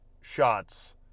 shots